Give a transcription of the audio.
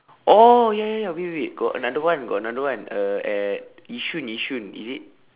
oh ya ya ya wait wait wait got another one got another one uh at yishun yishun is it